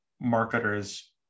marketers